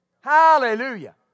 Hallelujah